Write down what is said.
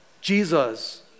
Jesus